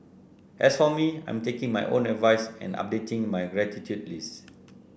as for me I am taking my own advice and updating my gratitude lists